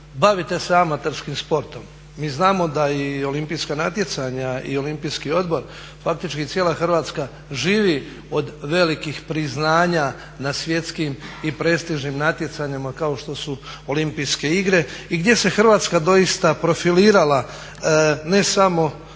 bavite se amaterskim sportom. Mi znamo da i olimpijska natjecanja i Olimpijski odbor faktički cijela Hrvatska živi od velikih priznanja na svjetskim i prestižnim natjecanjima kao što su olimpijske igre i gdje se Hrvatska doista profilirala ne samo